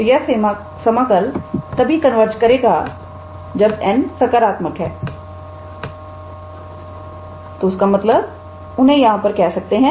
तो यह समाकल तभी कन्वर्ज करेगा n सकारात्मक है तो उसका मतलब उन्हें यहां पर कह सकते हैं